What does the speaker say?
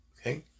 Okay